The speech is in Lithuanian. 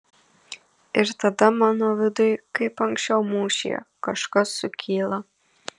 ir tada mano viduj kaip anksčiau mūšyje kažkas sukyla